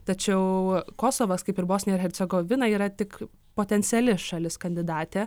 tačiau kosovas kaip ir bosnija ir hercegovina yra tik potenciali šalis kandidatė